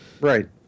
Right